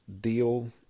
deal